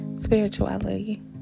spirituality